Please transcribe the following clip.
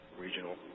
regional